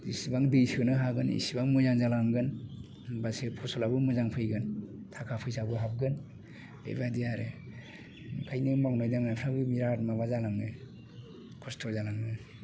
जेसेबां दै सोनो हागोन इसेबां मोजां जालांगोन होनबासो फसलाबो मोजां फैगोन थाखा फैसाबो हाबगोन बेबायदि आरो ओंखायनो मावनाय दांनायफ्राबो बिराद माबा जालाङो खस्थ' जालाङो